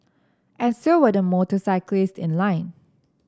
and so were the motorcyclists in line